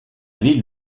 ville